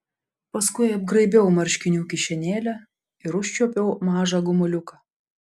paskui apgraibiau marškinių kišenėlę ir užčiuopiau mažą gumuliuką